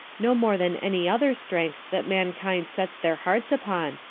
no more than any other strength that mankind set their hearts upon,